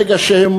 ברגע שהם